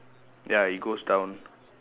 ya it goes down